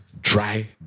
dry